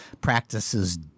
practices